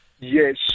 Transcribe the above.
Yes